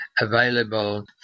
available